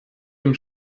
dem